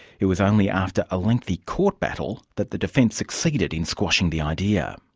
it was only after a lengthy court battle that the defence succeeded in squashing the idea.